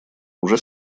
уже